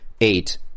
eight